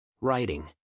Writing